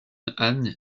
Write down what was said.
han